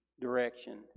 direction